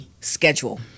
schedule